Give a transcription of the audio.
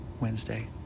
Wednesday